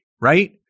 right